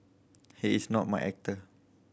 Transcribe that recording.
he is not my actor